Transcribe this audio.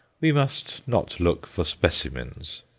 we must not look for specimens,